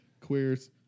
Queers